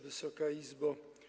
Wysoka Izbo!